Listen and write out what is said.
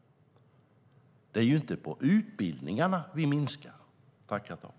Det är inte utbildningarna som vi har minskat på.